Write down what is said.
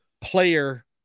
player